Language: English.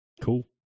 Cool